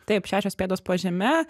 taip šešios pėdos po žeme